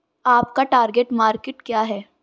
आपका target market क्या है?